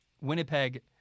Winnipeg –